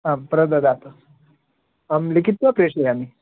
आम् प्रददातु अहं लिखित्वा प्रेषयामि